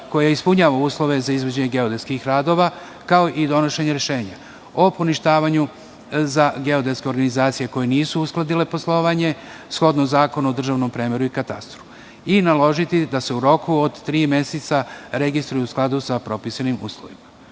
koja ispunjava uslove za izvođenje geodetskih radova, kao i donošenje rešenja o poništavanju, za geodetske organizacije koje nisu uskladile poslovanje, shodno Zakonu o državnom premeru i katastru, i naložiti da se u roku od tri meseca registruje u skladu sa propisanim uslovima.U